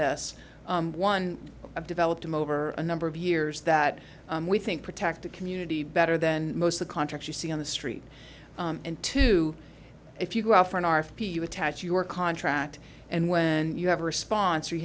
s one i've developed him over a number of years that we think protect the community better than most the contracts you see on the street and to if you go out for an r f p you attach your contract and when you have a response or you